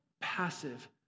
passive